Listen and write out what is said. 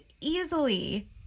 easily